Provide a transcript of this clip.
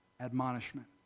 admonishment